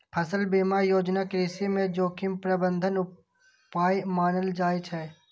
फसल बीमा योजना कृषि मे जोखिम प्रबंधन उपाय मानल जाइ छै